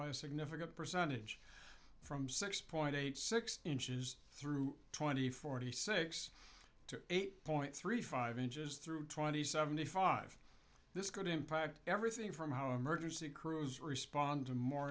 by a significant percentage from six point eight six inches through twenty forty six to eight point three five inches through twenty seventy five this could impact everything from how emergency crews respond to more